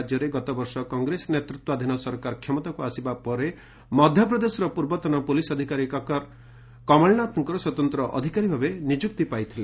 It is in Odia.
ରାଜ୍ୟରେ ଗତବର୍ଷ କଂଗ୍ରେସ ନେତୃତ୍ୱାଧୀନ ସରକାର କ୍ଷମତାକୁ ଆସିବା ପରେ ମଧ୍ୟପ୍ରଦେଶର ପୂର୍ବତନ ପୁଲିସ୍ ଅଧିକାରୀ କକର୍ କମଳନାଥଙ୍କ ସ୍ୱତନ୍ତ୍ର ଅଧିକାରୀ ଭାବେ ନିଯୁକ୍ତି ପାଇଥିଲେ